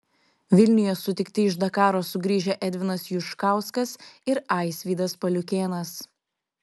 vilniuje sutikti iš dakaro sugrįžę edvinas juškauskas ir aisvydas paliukėnas